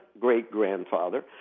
great-grandfather